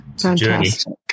fantastic